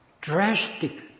drastic